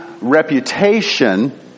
reputation